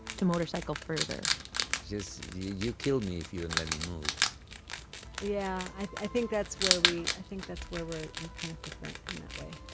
to motorcycle further just you you kill me if you don't let me move yeah. i think that's where we i think that's where we're we're kind of different in that way